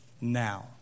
now